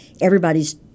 everybody's